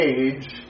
age